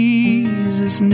Jesus